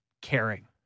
caring